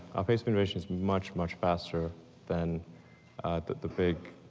our pace of innovation is much, much faster than the big